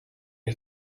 you